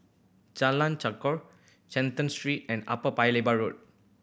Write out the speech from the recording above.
Jalan Chegar Canton Street and Upper Paya Lebar Road